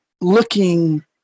looking